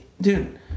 dude